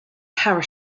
power